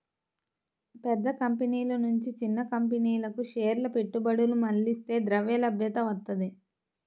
పెద్ద కంపెనీల నుంచి చిన్న కంపెనీలకు షేర్ల పెట్టుబడులు మళ్లిస్తే ద్రవ్యలభ్యత వత్తది